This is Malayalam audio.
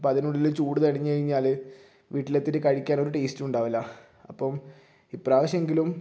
അപ്പോൾ അതിനുള്ളിൽ ചൂട് തടിഞ്ഞ് കഴിഞ്ഞാൽ വീട്ടിൽ എത്തിയിട്ട് കഴിക്കാൻ ഒരു ടേസ്റ്റും ഉണ്ടാവില്ല അപ്പം ഈ പ്രാവശ്യമെങ്കിലും